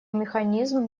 механизм